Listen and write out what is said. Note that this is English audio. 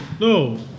No